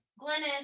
glennis